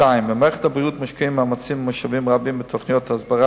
במערכת הבריאות מושקעים מאמצים ומשאבים רבים בתוכניות הסברה